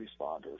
responders